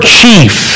chief